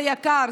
זה יקר,